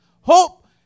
Hope